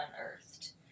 unearthed